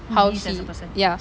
how he ya